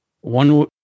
One